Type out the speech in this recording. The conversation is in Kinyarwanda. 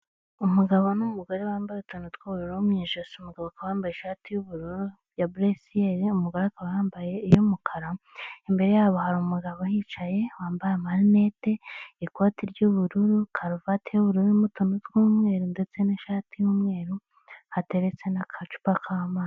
Umugore wicaye ku ntebe y'umweru , umugore wambaye ikanzu y'ubururu ndetse na marinete, kuruhande rwe hariho umutako uhagaze, ugaragaza igishushanyo cy'umugore wikoreye agaseke ku mutwe, kuruhande hari agatako gafite akantu k'umuhondo.